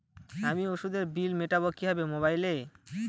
আমি ওষুধের বিল মেটাব কিভাবে মোবাইলে?